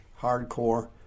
hardcore